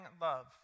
love